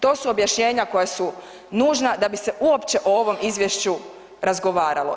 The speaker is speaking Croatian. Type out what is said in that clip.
To su objašnjenja koja su nužna da bi se uopće o ovom izvješću razgovaralo.